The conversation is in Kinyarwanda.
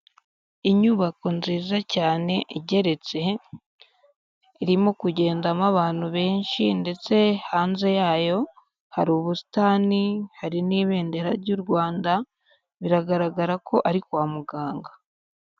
Inyubako nziza cyane igeretse, irimo kugendamo abantu benshi ndetse hanze yayo hari ubusitani hari n'ibendera ry'u Rwanda, biragaragara ko ari kwa muganga.